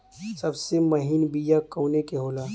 सबसे महीन बिया कवने के होला?